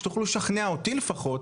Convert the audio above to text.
שתוכלו לשכנע אותי לפחות,